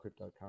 cryptocurrency